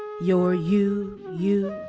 your you, you.